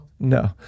No